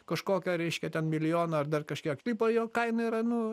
kažkokią reiškia ten milijoną ar dar kažkiek tai po jo kaina yra nu